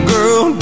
Girl